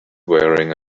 wearing